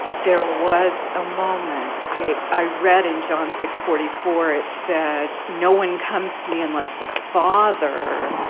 there was a moment i read in john six forty four it said no one comes to me unless the father,